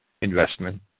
Investment